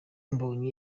mbonyi